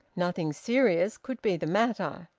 nothing serious could be the matter.